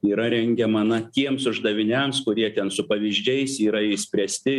yra rengiama na tiems uždaviniams kurie ten su pavyzdžiais yra išspręsti